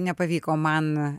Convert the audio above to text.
nepavyko man